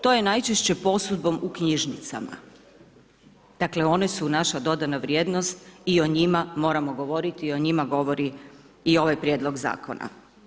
To je najčešće posudbom u knjižnicama, dakle one su naša dodana vrijednost i o njima moramo govoriti i o njima govori ovaj prijedlog zakona.